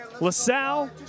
LaSalle